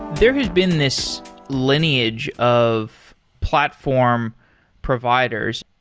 there has been this lineage of platform providers.